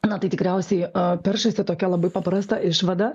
na tai tikriausiai peršasi tokia labai paprasta išvada